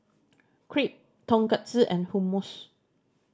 Crepe Tonkatsu and Hummus